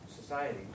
society